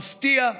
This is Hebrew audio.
מפתיע,